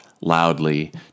loudly